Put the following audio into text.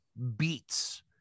beats